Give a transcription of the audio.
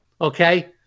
Okay